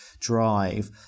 drive